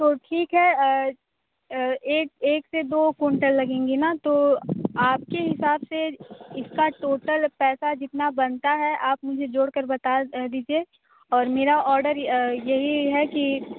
तो ठीक है एक एक से दो कुंटल लगेंगे ना तो आप के हिसाब से इसका टोटल पैसा जितना बनता है आप मुझे जोड़ कर बता दीजिए और मेरा ऑर्डर यही है कि